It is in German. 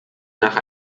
nach